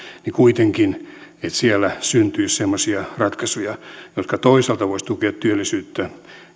niin siellä kuitenkin syntyisi semmoisia ratkaisuja jotka toisaalta voisivat tukea työllisyyttä